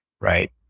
right